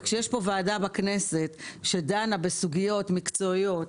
וכשיש ועדה בכנסת שדנה בסוגיות מקצועיות,